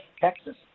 Texas